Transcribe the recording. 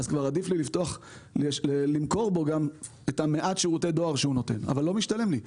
עדיף לי למכור בו גם את מעט שירותי הדואר שהוא נותן אבל לא משתלם לי.